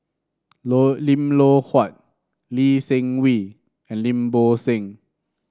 Loh Lim Loh Huat Lee Seng Wee and Lim Bo Seng